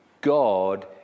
God